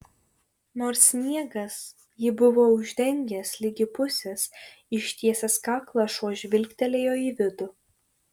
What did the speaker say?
nors sniegas jį buvo uždengęs ligi pusės ištiesęs kaklą šuo žvilgtelėjo į vidų